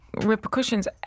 repercussions